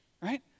right